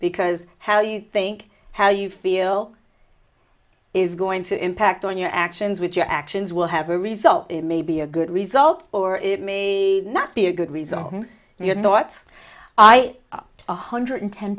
because how you think how you feel is going to impact on your actions which your actions will have a result may be a good result or it may not be a good result your thoughts i one hundred